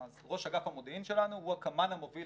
אז ראש אגף המודיעין שלנו הוא הקמ"ן המוביל